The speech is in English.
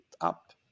up